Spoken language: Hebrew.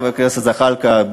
חבר הכנסת זחאלקה,